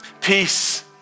Peace